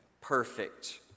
perfect